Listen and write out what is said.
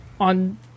on